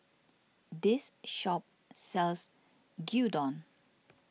this shop sells Gyudon